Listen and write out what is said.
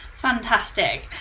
Fantastic